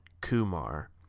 Kumar